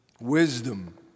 Wisdom